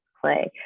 play